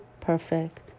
perfect